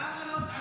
למה הוא לא התערב?